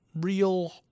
real